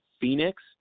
Phoenix